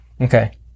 Okay